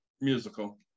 musical